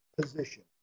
position